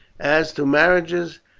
as to marriages,